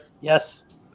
Yes